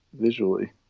visually